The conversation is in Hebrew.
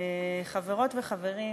תודה, חברות וחברים,